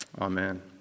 Amen